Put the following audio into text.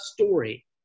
story